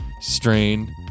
strain